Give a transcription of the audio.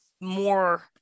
more